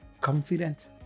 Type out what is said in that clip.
confident